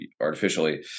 artificially